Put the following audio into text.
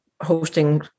hosting